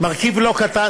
מרכיב לא קטן,